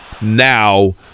now